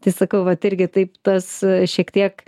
tai sakau vat irgi taip tas šiek tiek